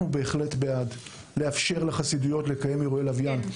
אנחנו בהחלט בעד לאפשר לחסידויות לקיים אירועי לוויין.